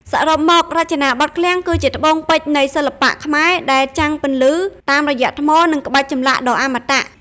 សរុបមក រចនាបថឃ្លាំងគឺជាត្បូងពេជ្រនៃសិល្បៈខ្មែរ ដែលចាំងពន្លឺតាមរយៈថ្ម និងក្បាច់ចម្លាក់ដ៏អមតៈ។